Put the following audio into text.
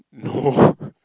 no